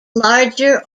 larger